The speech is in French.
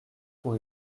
pour